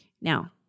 Now